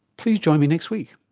please join me next week